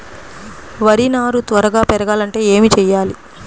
వరి నారు త్వరగా పెరగాలంటే ఏమి చెయ్యాలి?